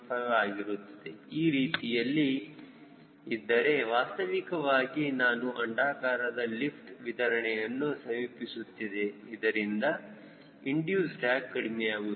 5 ಆಗಿರುತ್ತದೆ ಈ ರೀತಿಯಲ್ಲಿ ಇದ್ದರೆ ವಾಸ್ತವಿಕವಾಗಿ ನಾನು ಅಂಡಾಕಾರದ ಲಿಫ್ಟ್ ವಿತರಣೆಯನ್ನು ಸಮೀಪಿಸುತ್ತಿದೆ ಇದರಿಂದ ಇಂಡಿಯೂಸ್ ಡ್ರ್ಯಾಗ್ ಕಡಿಮೆಯಾಗುತ್ತದೆ